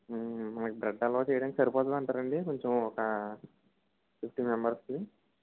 మనకి బ్రెడ్ హల్వా చేయడానికి సరిపోతుందంటారండి కొంచెం ఒక ఫిఫ్టీ మెంబర్స్కి